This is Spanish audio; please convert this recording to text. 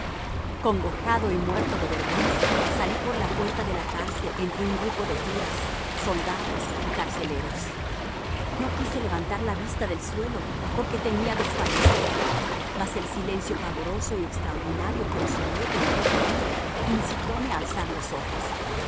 hostil congojado y muerto de vergüenza salí por la puerta de la cárcel entre un grupo de curas soldados y carceleros no quise levantar la vista del suelo porque temía desfallecer mas el silencio pavoroso y extraordinario que observé en torno mío incitome a alzar los ojos